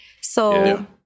So-